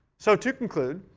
so to conclude,